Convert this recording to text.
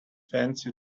fancy